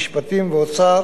המשפטים והאוצר.